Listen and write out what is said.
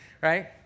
Right